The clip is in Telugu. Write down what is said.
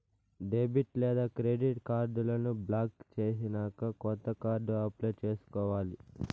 డెబిట్ లేదా క్రెడిట్ కార్డులను బ్లాక్ చేసినాక కొత్త కార్డు అప్లై చేసుకోవాలి